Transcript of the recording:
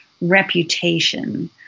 reputation